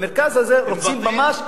במרכז הזה רוצים ממש,